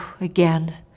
again